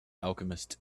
alchemist